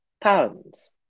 pounds